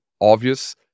obvious